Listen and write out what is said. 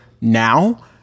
now